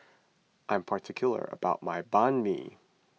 I am particular about my Banh Mi